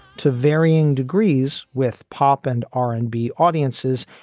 to varying degrees with pop and r and b audiences,